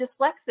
dyslexic